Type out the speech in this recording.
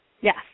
Yes